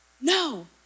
No